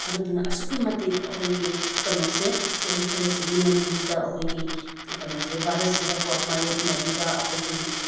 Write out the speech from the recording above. ꯑꯗꯨꯗꯨꯅ ꯑꯁꯨꯛꯀꯤ ꯃꯇꯤꯛ ꯑꯩꯈꯣꯏꯒꯤ ꯀꯩꯅꯣꯁꯦ ꯆꯍꯤ ꯈꯔꯁꯤꯒꯤ ꯃꯅꯨꯡꯁꯤꯗ ꯑꯩꯈꯣꯏꯒꯤ ꯀꯩꯅꯣꯁꯦ ꯚꯥꯔꯠꯁꯤꯗꯀꯣ ꯃꯥꯏꯌꯣꯛꯅꯔꯤꯕ ꯑꯩꯈꯣꯏꯒꯤ